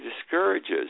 discourages